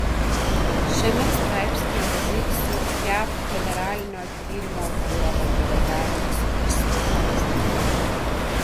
šiame straipsnyje pateiksiu jav federalinio tyrimo biuro bendradarbiavimo su verslu pavyzdį